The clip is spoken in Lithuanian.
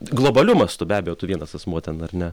globaliu mastu be abejo tu vienas asmuo ten ar ne